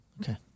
Okay